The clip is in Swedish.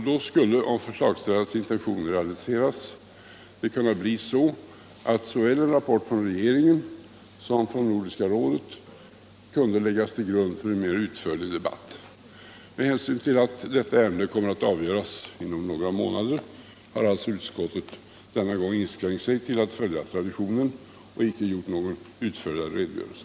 Då skulle, om förslagsställarens intentioner realiseras, såväl en rapport från regeringen som en från Nordiska rådet kunna läggas till grund för en mer utförlig debatt. Med hänsyn till att detta ämne kommer att avgöras inom några månader har utskottet denna gång inskränkt sig till att följa traditionen och inte lämnat någon utförligare redogörelse.